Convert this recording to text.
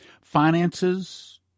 Finances